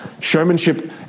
Showmanship